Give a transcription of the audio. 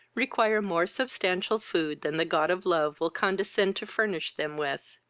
require more substantial food than the god of love will condescend to furnish them with.